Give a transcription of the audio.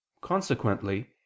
Consequently